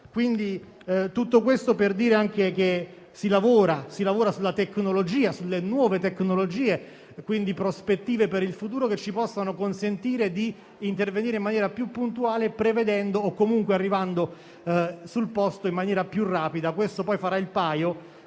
penale. Tutto questo per dire anche che si lavora sulle nuove tecnologie, quindi su prospettive che per il futuro ci possano consentire di intervenire in maniera più puntuale, prevedendo o comunque arrivando sul posto in maniera più rapida. Questo poi farà il paio